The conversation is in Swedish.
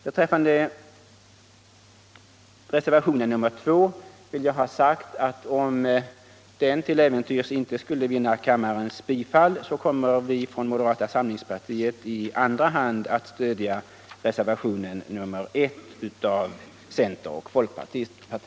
Beträffande reservationen nr 2 vill jag ha sagt att om denna till äventyrs inte skulle vinna kammarens bifall, kommer vi i moderata samlingspartiet att i andra hand stödja reservationen 1, avgiven av centeroch folkpartiet.